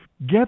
Get